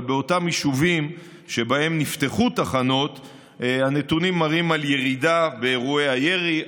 אבל באותם יישובים שבהם נפתחו תחנות הנתונים מראים ירידה באירועי הירי,